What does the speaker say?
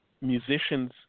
musicians